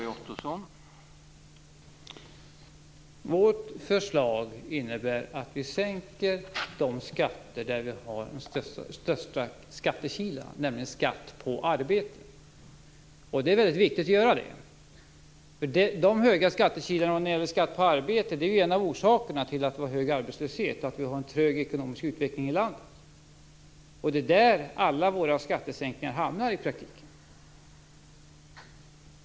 Herr talman! Miljöpartiets förslag innebär att vi sänker de skatter där vi har de största skattekilarna, nämligen skatt på arbete. Det är väldigt viktigt att göra det. De höga skattekilarna som gäller skatt på arbete är nämligen en av orsakerna till att vi har hög arbetslöshet och en trög ekonomisk utveckling i landet. Det är där alla våra skattesänkningar hamnar i praktiken.